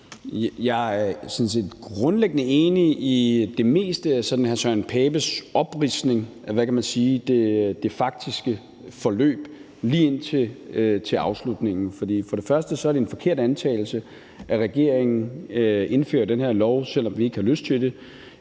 set grundlæggende enig i det meste af hr. Søren Pape Poulsens opridsning af det faktiske forløb – lige indtil afslutningen. For det første er det en forkert antagelse, at regeringen indfører den her lov, selv om vi ikke har lyst til det.